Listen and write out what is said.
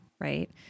right